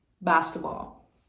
basketball